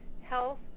Health